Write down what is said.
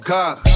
God